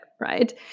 right